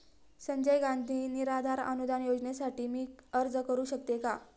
संजय गांधी निराधार अनुदान योजनेसाठी मी अर्ज करू शकते का?